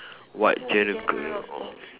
what genre of